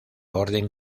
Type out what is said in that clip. orden